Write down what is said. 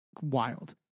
Wild